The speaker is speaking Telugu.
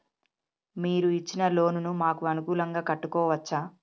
మీరు ఇచ్చిన లోన్ ను మాకు అనుకూలంగా కట్టుకోవచ్చా?